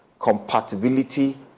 Compatibility